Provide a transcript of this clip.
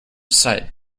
sight